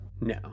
No